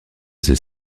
ses